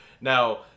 Now